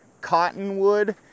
Cottonwood